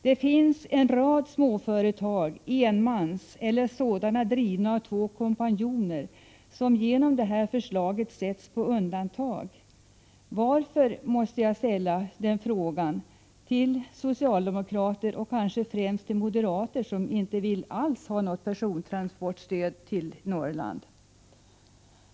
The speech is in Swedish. Det finns en rad småföretag, ensamföretag eller företag drivna av två kompanjoner, som genom det här förslaget sätts på undantag. Varför, måste jag fråga socialdemokraterna och kanske främst moderaterna, som inte alls vill ha något persontransportstöd till Norrland.